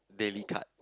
daily cut